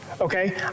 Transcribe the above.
okay